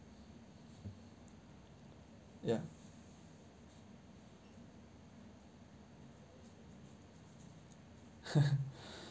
ya